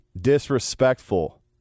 disrespectful